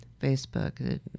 Facebook